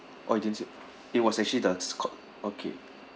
oh it didn't say it was actually the okay